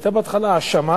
שהיתה בהתחלה האשמה